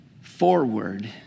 forward